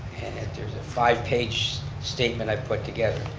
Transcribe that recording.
and that there's a five page statement i put together,